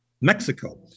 Mexico